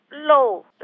low